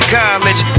college